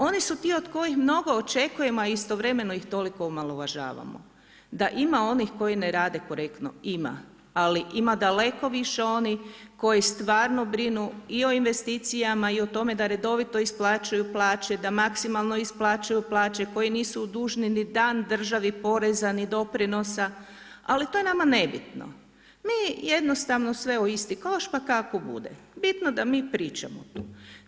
Oni su ti od kojih mnogo očekujemo a istovremeno ih toliko omalovažavamo da ima onih koji ne rade korektno, ima ali ima daleko više onih koji stvarno brinu i o investicijama i o tome da redovito isplaćuju plaće, da maksimalno isplaćuju plaće, koji nisu dužni ni dan državi poreza ni doprinosa, ali to je nama nebitno, mi jednostavno sve u isti koš pa kako bude, bitno da mi pričamo tu.